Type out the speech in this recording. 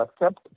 accept